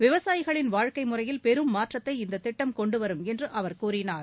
விவசாயிகளின் வாழ்க்கைமுறையில் பெரும் மாற்றத்தை இந்தத் திட்டம் கொண்டுவரும் என்றுஅவர் கூறினார்